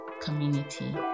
community